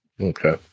Okay